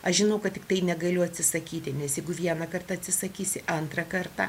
aš žinau kad tiktai negaliu atsisakyti nes jeigu vieną kartą atsisakysi antrą kartą